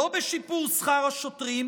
לא בשיפור שכר השוטרים,